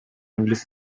англис